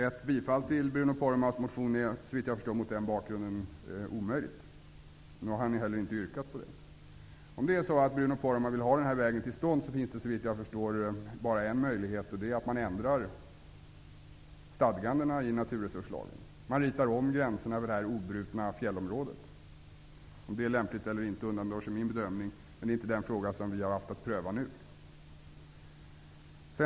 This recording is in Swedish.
Ett bifall till Bruno Poromaas motion mot den bakgrunden är, såvitt jag förstår, omöjligt. Det har Bruno Poromaa inte heller yrkat. Om det är så att Bruno Poromaa vill ha vägen till stånd finns det bara en möjlighet, såvitt jag förstår, och det är att man ändrar stadgandena i naturresurslagen och ritar om gränserna för det obrutna fjällområdet. Om det är lämpligt eller inte undandrar sig min bedömning, men det är inte den frågan som vi har haft att pröva nu.